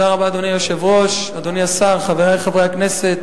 אדוני היושב-ראש, אדוני השר, חברי חברי הכנסת,